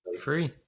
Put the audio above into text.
free